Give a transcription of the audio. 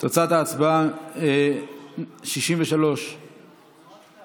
(1) של קבוצת סיעת